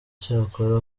cyakora